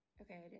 Okay